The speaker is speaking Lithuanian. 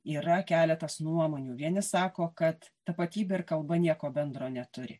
yra keletas nuomonių vieni sako kad tapatybė ir kalba nieko bendro neturi